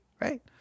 Right